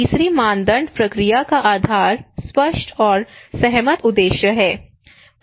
तीसरी मानदंड प्रक्रिया का आधार स्पष्ट और सहमत उद्देश्य है